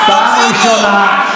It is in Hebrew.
פעם ראשונה.